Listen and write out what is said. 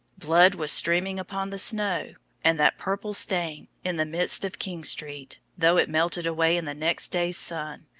blood was streaming upon the snow and that purple stain, in the midst of king street, though it melted away in the next day's sun,